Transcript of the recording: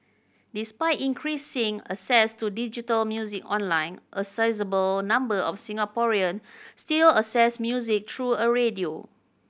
despite increasing access to digital music online a sizeable number of Singaporean still access music through radio